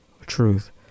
truth